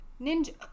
Ninja